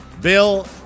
Bill